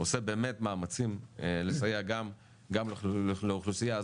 עושה באמת מאמצים לסייע גם לאוכלוסיה הזאת,